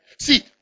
See